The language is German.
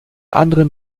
anderen